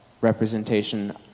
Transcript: representation